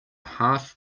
half